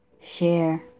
share